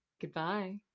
goodbye